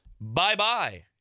bye-bye